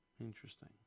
Interesting